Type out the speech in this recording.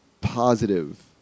positive